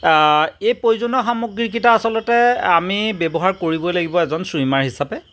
এই প্ৰয়োজনীয় সামগ্ৰী কেইটা আচলতে আমি ব্যৱহাৰ কৰিবই লাগিব এজন চুইমাৰ হিচাপে